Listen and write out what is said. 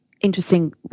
interesting